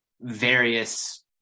various